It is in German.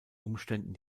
umständen